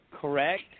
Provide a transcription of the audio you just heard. correct